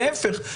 להפך,